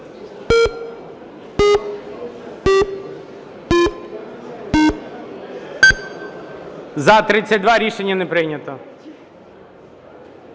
За-73 Рішення не прийнято.